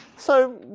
so,